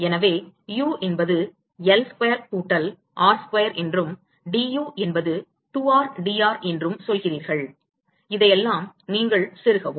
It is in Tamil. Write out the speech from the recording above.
எனவே u என்பது L ஸ்கொயர் கூட்டல் r ஸ்கொயர் என்றும் d u என்பது 2 r d r என்றும் சொல்கிறீர்கள் இதையெல்லாம் நீங்கள் செருகவும்